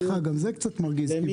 גם זה קצת מרגיז אותי.